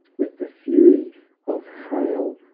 with the fury of hail,